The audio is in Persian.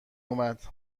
اومد